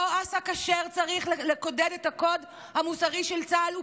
לא אסא כשר צריך לקודד את הקוד המוסרי של צה"ל,